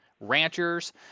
ranchers